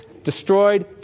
destroyed